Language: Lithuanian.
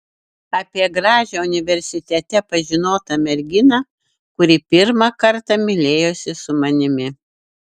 apie gražią universitete pažinotą merginą kuri pirmą kartą mylėjosi su manimi